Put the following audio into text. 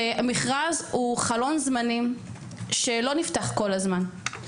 ומכרז הוא חלון זמנים שלא נפתח כל הזמן.